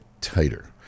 tighter